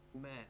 man